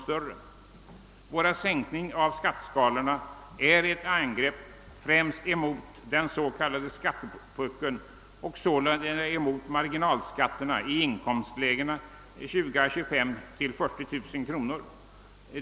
Våra förslag till sänkningar av skatteskalorna är ett angrepp främst mot den så kallade skattepuckeln och sålunda mot marginalskatterna i inkomstlägena 20000 å 25 000-40 000 kronor.